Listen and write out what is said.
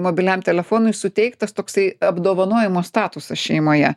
mobiliam telefonui suteiktas toksai apdovanojimo statusas šeimoje